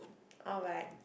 alright